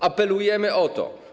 Apelujemy o to.